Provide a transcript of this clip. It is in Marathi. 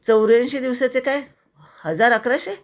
चौऱ्यांशी दिवसाचे काय हजार अकराशे